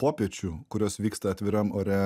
popiečių kurios vyksta atviram ore